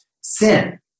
sin